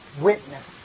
witness